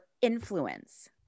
influence